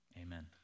Amen